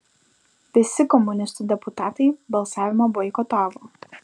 visi komunistų deputatai balsavimą boikotavo